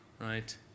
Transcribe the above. right